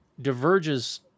diverges